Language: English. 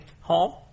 home